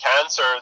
cancer